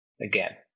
again